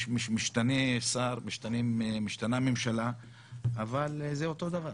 משתנה שר, משתנה ממשלה אבל זה אותו דבר.